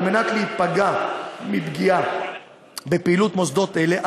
כדי להימנע מפגיעה בפעילות מוסדות אלה,